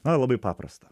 na labai paprasta